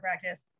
practice